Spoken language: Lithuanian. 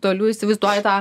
tokį toliau įsivaizduoju tą